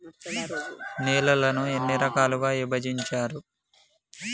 నేలలను ఎన్ని రకాలుగా విభజించారు?